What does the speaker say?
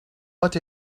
what